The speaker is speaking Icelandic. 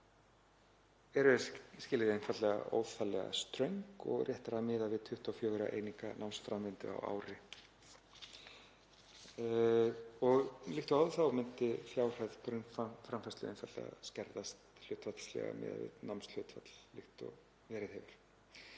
þessi skilyrði einfaldlega óþarflega ströng og réttara að miða við 24 eininga námsframvindu á ári og líkt og áður þá myndi fjárhæð grunnframfærslu einfaldlega skerðast hlutfallslega miðað við námshlutfall líkt og verið hefur.